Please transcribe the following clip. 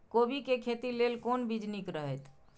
कोबी के खेती लेल कोन बीज निक रहैत?